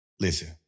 listen